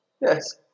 yes